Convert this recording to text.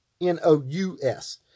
n-o-u-s